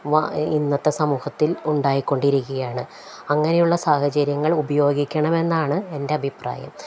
ഇന്നത്തെ സമൂഹത്തിൽ ഉണ്ടായിക്കൊണ്ടിരിക്കുകയാണ് അങ്ങനെയുള്ള സാഹചര്യങ്ങൾ ഉപയോഗിക്കണമെന്നാണ് എൻ്റെ അഭിപ്രായം